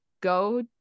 go